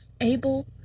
able